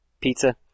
Pizza